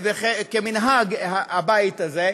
כמנהג הבית הזה.